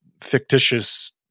fictitious